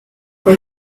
for